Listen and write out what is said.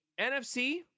NFC